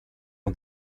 och